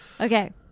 Okay